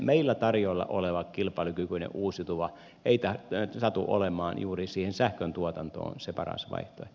meillä tarjolla oleva kilpailukykyinen uusiutuva ei satu olemaan juuri siihen sähkön tuotantoon se paras vaihtoehto